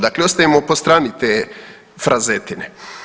Dakle, ostavimo po strani te frazetine.